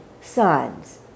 sons